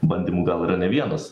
bandymų gal yra ne vienas